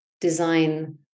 design